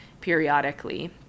periodically